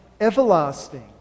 everlasting